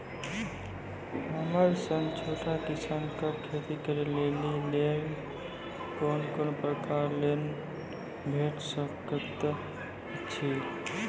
हमर सन छोट किसान कअ खेती करै लेली लेल कून कून प्रकारक लोन भेट सकैत अछि?